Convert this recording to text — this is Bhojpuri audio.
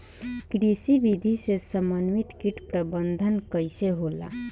कृषि विधि से समन्वित कीट प्रबंधन कइसे होला?